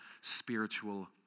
spiritual